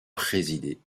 présidé